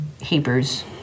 Hebrews